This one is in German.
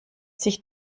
sich